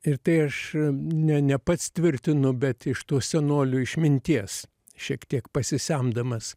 ir tai aš ne ne pats tvirtinu bet iš tos senolių išminties šiek tiek pasisemdamas